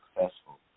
successful